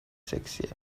سکسیه